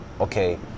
okay